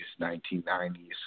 1990s